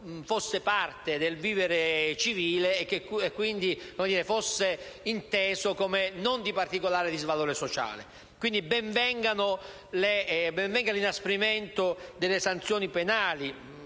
sia parte del vivere civile e, quindi, sia inteso come non di particolare disvalore sociale. Ben venga, quindi, l'inasprimento delle sanzioni penali.